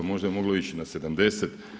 Možda je moglo ići na 70?